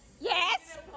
Yes